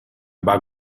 bug